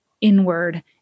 inward